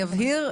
אני אבהיר,